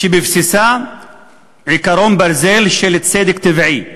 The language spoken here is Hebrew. בבסיסה עקרון ברזל של צדק טבעי: